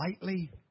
lightly